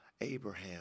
Abraham